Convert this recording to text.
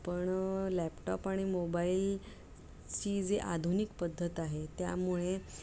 पण लॅपटॉप आणि मोबाईलची जी आधुनिक पद्धत आहे त्यामुळे